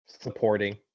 supporting